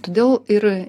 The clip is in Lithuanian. todėl ir